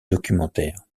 documentaire